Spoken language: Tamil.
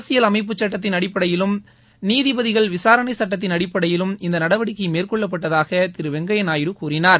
அரசியல் அமைப்புச் சுட்டத்தின் அடிப்படையிலும் நீதிபதிகள் விசாரணைச் சட்டத்தின் அடிப்படையிலும் இந்த நடவடிக்கை மேற்கொள்ளப்பட்டதாக திரு வெங்கையா நாயுடு கூறினார்